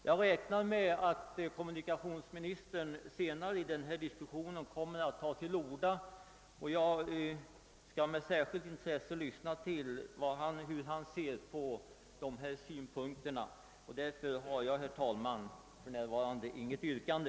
Jag räknar också med att kommunikationsministern senare i denna debatt kommer att yttra sig, och jag skall med särskilt intresse ta del av hans inställning till dessa synpunkter. Därför har jag, herr talman, för närvarande intet yrkande.